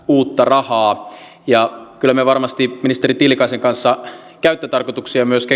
uutta rahaa ja kyllä me varmasti ministeri tiilikaisen kanssa käyttötarkoituksia myös